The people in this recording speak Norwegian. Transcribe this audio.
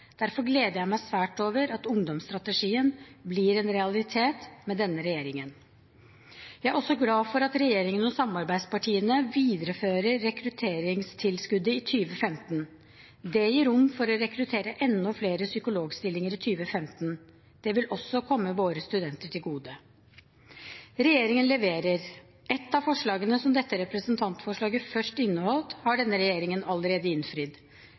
Derfor gleder jeg meg svært over at ungdomsstrategien blir en realitet med denne regjeringen. Jeg er også glad for at regjeringen og samarbeidspartiene viderefører rekrutteringstilskuddet i 2015. Det gir rom for å rekruttere enda flere psykologstillinger i 2015. Det vil også komme våre studenter til gode. Regjeringen leverer. Ett av forslagene som dette representantforslaget først inneholdt, har denne regjeringen allerede innfridd.